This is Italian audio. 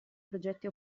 progetti